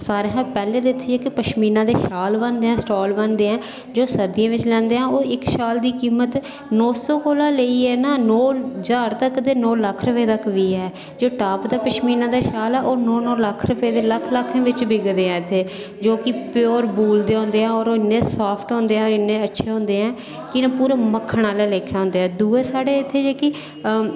सारें कशा पैह्लें इत्थै पशमीना दे शॉल बनदे स्टॉल बनदे जो सर्दियें बिच लैंदे आं ओह् इक्क शाल दी कीमत नौ सौ कोला लेइयै ना ओह् नौ ज्हार तक्क ते नौ लक्ख तगर बी ऐ जेह्ड़ा टॉप दा पशमीना दा शाल ऐ नौ नौ लक्ख रपेऽ दा लक्खें बिच बिक्कदे ऐ इत्थै जो कि प्योर वूल दे होंदे ते होर इन्ने सॉफ्ट होंदे होर इन्ने अच्छे होंदे की इंया पूरे मक्खन आह्ले लेखा होंदे ऐ दूऐ साढ़े इत्थें जेह्की